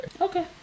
Okay